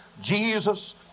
Jesus